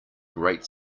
great